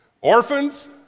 orphans